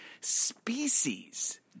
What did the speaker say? species